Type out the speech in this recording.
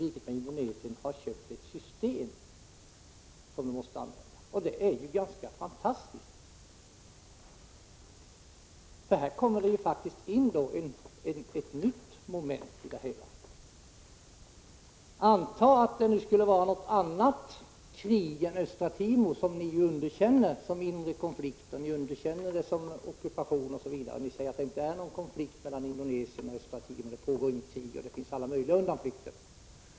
Det är ju ganska fantastiskt. Här kommer det faktiskt in ett nytt moment i det hela. Anta att det skulle vara något annat krig än det i Östra Timor, som ni underkänner som inre konflikt, som ockupation osv. Ni säger ju att det inte är någon konflikt mellan Indonesien och Östra Timor, ni menar att där inte pågår något krig och ni har alla möjliga undanflykter.